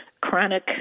chronic